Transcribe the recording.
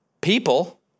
people